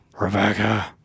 Rebecca